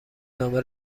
نامه